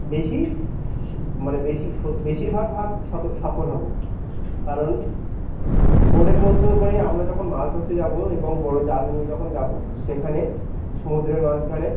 বেশি সু মানে বেশি বেশিরভাগ ভাব শত সফল হব কারণ বোটের মধ্যেও করে আমরা যখন মাছ ধরতে যাবো এবং বড় জাল নিয়ে যখন যাবো সেখানে সমুদ্রের মাঝখানে